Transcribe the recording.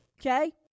okay